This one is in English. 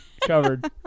covered